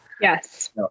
yes